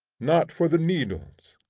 not for the needles.